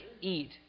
eat